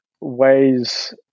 ways